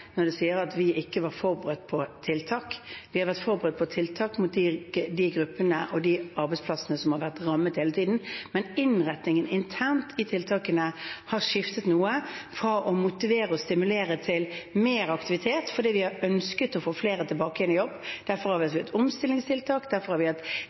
når han sier at vi ikke var forberedt på tiltak. Vi har vært forberedt på tiltak for de gruppene og de arbeidsplassene som har vært rammet, hele tiden. Men innretningen internt i tiltakene har skiftet noe, fra å motivere til å stimulere til mer aktivitet fordi vi har ønsket å få flere tilbake igjen i jobb. Derfor har vi hatt omstillingstiltak, derfor har vi